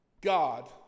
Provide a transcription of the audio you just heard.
God